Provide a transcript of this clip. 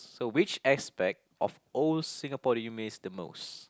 so which aspect of old Singapore do you miss the most